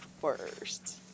first